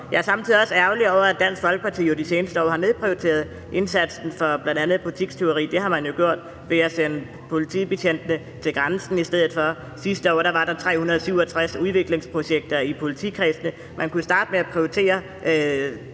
Jeg er samtidig også ærgerlig over, at Dansk Folkeparti jo de seneste par år har nedprioriteret indsatsen mod bl.a. butikstyveri. Det har man jo gjort ved at sende politibetjente til grænsen i stedet for. Sidste år var der 367 udviklingsprojekter i politikredsene. Man kunne starte med at prioritere